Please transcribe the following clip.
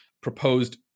proposed